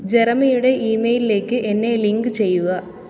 ജെറമയുടെ ഈ മെയിലിലേക്ക് എന്നെ ലിങ്ക് ചെയ്യുക